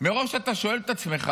מרוב שאתה שואל את עצמך